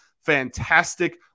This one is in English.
fantastic